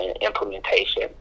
implementation